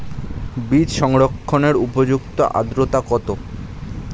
বীজ সংরক্ষণের উপযুক্ত আদ্রতা কত?